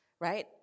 right